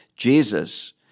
Jesus